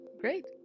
great